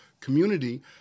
community